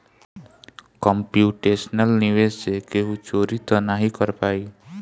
computational निवेश से केहू चोरी तअ नाही कर पाई